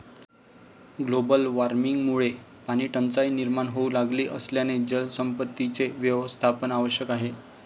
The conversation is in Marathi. ग्लोबल वॉर्मिंगमुळे पाणीटंचाई निर्माण होऊ लागली असल्याने जलसंपत्तीचे व्यवस्थापन आवश्यक आहे